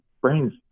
brain's